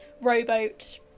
rowboat